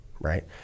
right